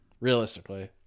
Realistically